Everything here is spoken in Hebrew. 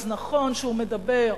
אז נכון שהוא מדבר,